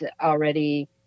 already